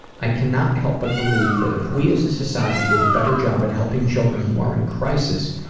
i cannot help but believe that if we as a society did a better job at helping children who are in crisis,